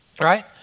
right